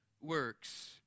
works